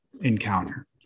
encounter